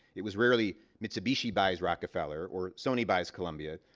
it was rarely, mitsubishi buys rockefeller, or sony buys columbia.